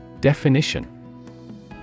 Definition